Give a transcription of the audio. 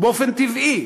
באופן טבעי,